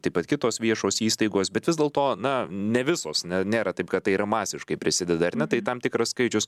taip pat kitos viešos įstaigos bet vis dėlto na ne visos ne nėra taip kad tai yra masiškai prisideda ar ne tai tam tikras skaičius